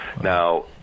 now